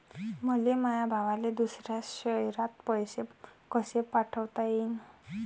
मले माया भावाले दुसऱ्या शयरात पैसे कसे पाठवता येईन?